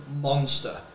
monster